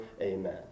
Amen